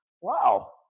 Wow